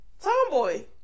Tomboy